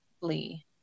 Lee